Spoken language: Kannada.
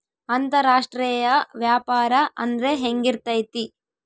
ಅಂತರಾಷ್ಟ್ರೇಯ ವ್ಯಾಪಾರ ಅಂದ್ರೆ ಹೆಂಗಿರ್ತೈತಿ?